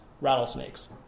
rattlesnakes